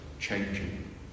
changing